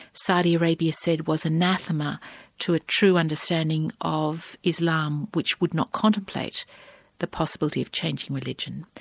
saudi arabia said was anathema to a true understanding of islam, which would not contemplate the possibility of changing religion.